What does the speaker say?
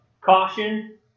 caution